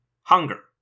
Hunger